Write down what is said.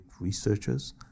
researchers